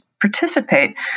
participate